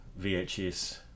VHS